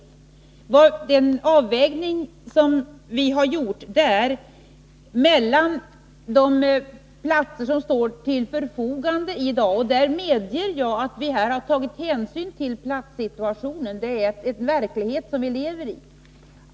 I vad avser den avvägning som vi gjort i förhållande till det antal platser som i dag står till förfogande medger jag att vi har tagit hänsyn till platssituationen. Den är en verklighet som vi lever i.